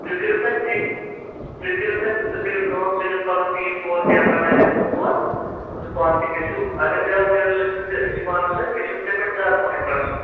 تُہۍ کٔرِو تَتہِ اِن تُہۍ کٔرِو تَتہِ تُہۍ کٔرِو کٲم ژٕ نِن پَنُن ٹیٖم تور کیٚمرا مین نِن ژٕ تور تہٕ پانہٕ تہِ گژھو اگر بیٛاکھ جٔرنلِسٹ تہِ أسی پانَس سۭتۍ مےٚ چھِ ژےٚ پٮ۪ٹھ زیادٕ پَہن ٹرٛسٹ